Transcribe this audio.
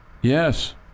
yes